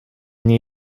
nie